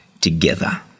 together